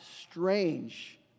strange